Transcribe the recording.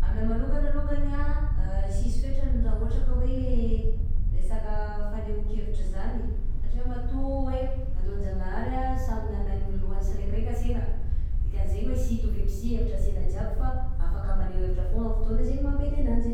Aminah manokana longany a, sisy fetrany raha ohatra ka hoe resaka fanehoan-kevitra zany satria, matoa hoe nataon-janahary a samy nagnagny loha siraikiraiky ansena dikan'izeny hoe sy hitovy aby si hevitra ansena jiaby fa afaka maneho hevitra fôna amin'ze fotoana mampety agnanjy.